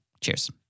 Cheers